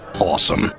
Awesome